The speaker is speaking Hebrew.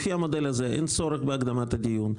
לפי המודל הזה אין צורך בהקדמת הדיון.